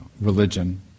religion